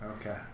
Okay